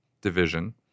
division